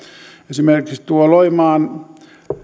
esimerkiksi tuo loimaan